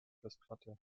festplatte